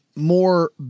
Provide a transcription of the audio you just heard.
More